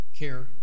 care